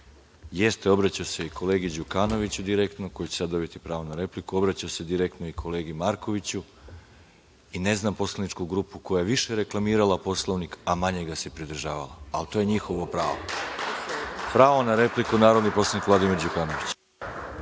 Jeste, obraćao se i kolegi Đukanoviću direktno, koji će dobiti sada pravo na repliku. Obraćao se direktno i kolegi Markoviću i ne znam poslaničku grupu koja je više reklamirala Poslovnik, a manje ga se pridržavala, ali to je njihovo pravo. Pravo na repliku, narodni poslanik Vladimir Đukanović.